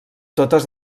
totes